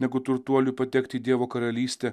negu turtuoliui patekti į dievo karalystę